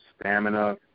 Stamina